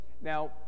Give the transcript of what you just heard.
Now